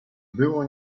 było